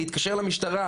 להתקשר למשטרה,